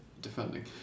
Defending